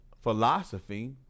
philosophy